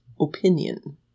opinion